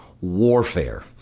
warfare